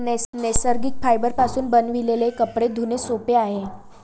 नैसर्गिक फायबरपासून बनविलेले कपडे धुणे सोपे आहे